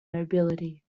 nobility